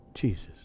Jesus